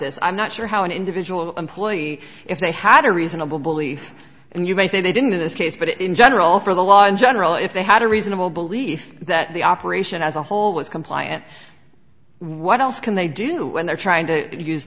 this i'm not sure how an individual employee if they had a reasonable belief and you may say they didn't in this case but in general for the law in general if they had a reasonable belief that the operation as a whole was compliant what else can they do when they're trying to use